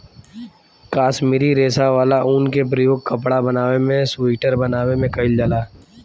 काश्मीरी रेशा वाला ऊन के प्रयोग कपड़ा बनावे में सुइटर बनावे में कईल जाला